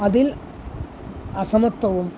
അതിൽ അസമത്വവും